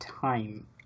time